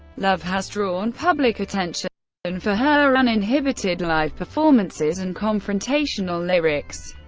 love has drawn public attention and for her uninhibited live performances and confrontational lyrics,